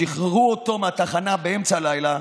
שחררו אותו מהתחנה באמצע הלילה,